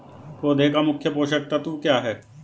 पौधे का मुख्य पोषक तत्व क्या हैं?